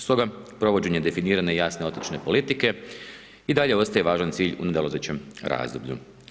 Stoga provođenje definirane i jasne otočne politike i dalje ostaje važan cilj u nadolazećem razdoblju.